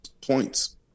points